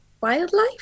wildlife